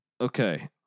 Okay